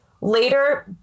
Later